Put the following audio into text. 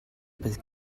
bydd